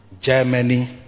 Germany